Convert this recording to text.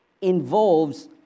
involves